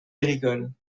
agricole